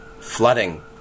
flooding